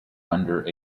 under